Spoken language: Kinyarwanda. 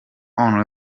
only